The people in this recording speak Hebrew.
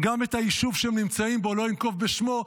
גם את היישוב שהם נמצאים בו, לא אנקוב בשמו.